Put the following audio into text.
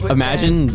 imagine